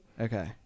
Okay